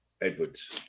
Edwards